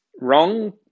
wrong